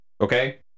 Okay